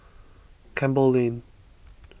Campbell Lane